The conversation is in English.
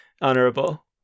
honorable